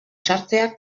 sartzea